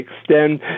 extend